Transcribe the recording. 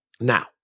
Now